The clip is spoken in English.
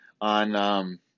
on